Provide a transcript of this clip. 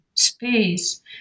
Space